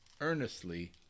earnestly